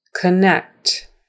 connect